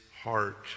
heart